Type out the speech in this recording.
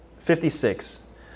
56